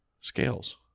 Scales